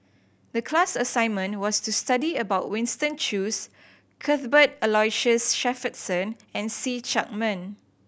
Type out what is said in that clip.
the class assignment was to study about Winston Choos Cuthbert Aloysius Shepherdson and See Chak Mun